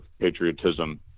patriotism